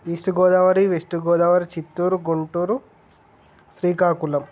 east Godavari west Godavari Chittoor Guntur Srikakulam